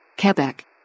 Quebec